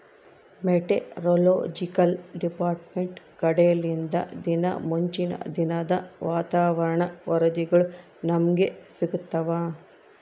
meteorological department ಕಡೆಲಿಂದ ದಿನಾ ಮುಂಚಿನ ದಿನದ ವಾತಾವರಣ ವರದಿಗಳು ನಮ್ಗೆ ಸಿಗುತ್ತವ